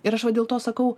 ir aš va dėl to sakau